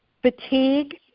Fatigue